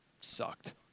sucked